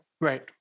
Right